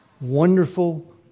wonderful